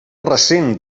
recent